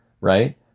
right